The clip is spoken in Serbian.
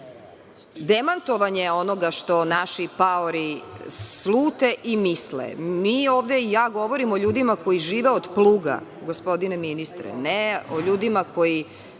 demantovanje onoga što naši paori slute i misle. Govorim o ljudima koji žive od pluga, gospodine ministre, ne o ljudima koji